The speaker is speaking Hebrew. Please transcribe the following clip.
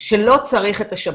שלא צריך את השב"כ.